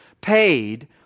paid